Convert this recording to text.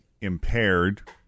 impaired